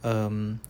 um